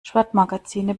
sportmagazine